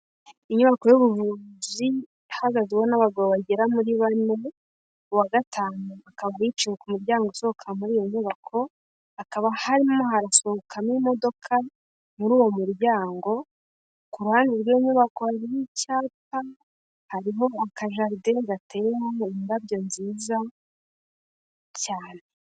Inyubako y'ubuvuzi ihagazweho n'abagabo bagera muri bane uwa gatanu akaba yiciwe ku muryango usohoka muri iyo nyubako, hakaba harimo harasohokamo imodoka muri uwo muryango, ku ruhande rw'iyi myubako hariho icyapa, hariho akajaride gateyemo indabyo nziza cyane.